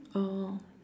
oh